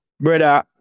brother